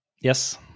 Yes